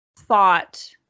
thought